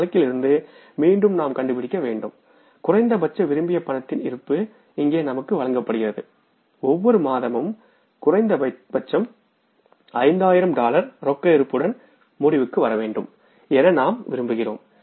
இந்த வழக்கில் இருந்து மீண்டும் நாம் கண்டுபிடிக்க வேண்டும் குறைந்தபட்ச விரும்பிய பணத்தின் இருப்பு இங்கே நமக்கு வழங்கப்பட்டிருக்கிறது ஒவ்வொரு மாதமும் குறைந்தபட்சம் 5000 டாலர் ரொக்க இருப்புடன் முடிவுக்கு வர வேண்டும் என நாம் விரும்புகிறோம்